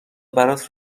برات